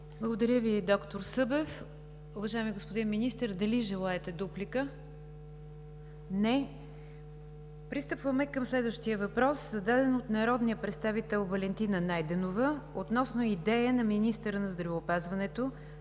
Благодаря Ви, д-р Събев. Уважаеми господин Министър, дали желаете дуплика? Не. Пристъпваме към следващия въпрос, зададен от народния представител Валентина Найденова, относно идея на министъра на здравеопазването